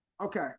Okay